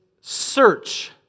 search